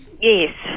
Yes